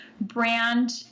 brand